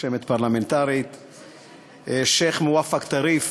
רשמת פרלמנטרית, שיח' מואפק טריף,